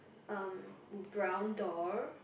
um b~ brown door